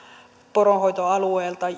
poronhoitoalueilta